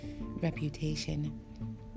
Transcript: reputation